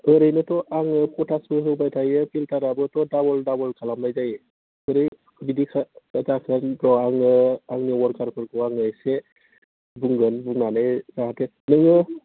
ओरैनो थ' आङो पटासबो होबाय थायो फिल्टाराबोथ' डाबल डाबल खालामनाय जायो बोरै बिदि जाखो आङो आंनि अवारखारफोरखो आङो एसे बुंगोन बुंनानै जाहाथे नोङो